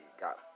got